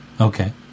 Okay